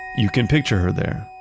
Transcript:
you can picture her there,